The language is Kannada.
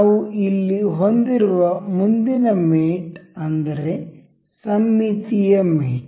ನಾವು ಇಲ್ಲಿ ಹೊಂದಿರುವ ಮುಂದಿನ ಮೇಟ್ ಅಂದರೆ ಸಮ್ಮಿತೀಯ ಮೇಟ್